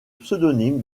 pseudonyme